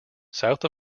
south